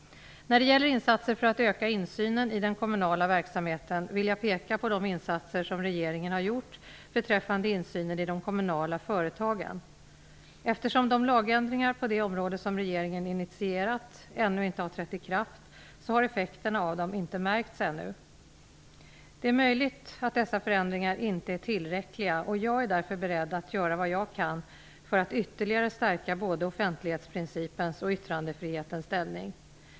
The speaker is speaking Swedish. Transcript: När det gäller insatser för att öka insynen i den kommunala verksamheten vill jag peka på de insatser som regeringen har gjort beträffande insynen i de kommunala företagen. Eftersom de lagändringar på detta område som regeringen initierat ännu inte har trätt i kraft har effekterna av dessa inte märkts ännu. Det är möjligt att dessa förändringar inte är tillräckliga, och jag är därför beredd att göra vad jag kan för att ytterligare stärka både offentlighetsprincipens och yttrandefrihetens ställning.